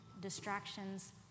distractions